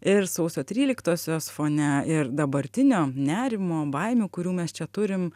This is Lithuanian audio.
ir sausio tryliktosios fone ir dabartinio nerimo baimių kurių mes čia turim